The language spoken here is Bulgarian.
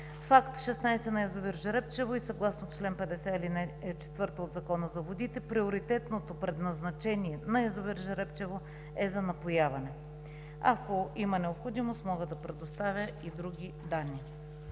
Акт 16 на язовир „Жребчево“ и съгласно чл. 50, ал. 4 от Закона за водите приоритетното предназначение на язовир „Жребчево“ е за напояване. Ако има необходимост мога да предоставя и други данни.